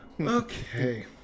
Okay